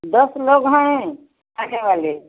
दस लोग हैं खाने वाले